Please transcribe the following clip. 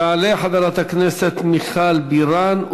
תעלה חברת הכנסת מיכל בירן,